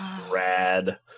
Rad